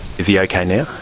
is he okay now?